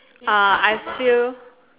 uh I feel